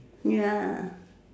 ya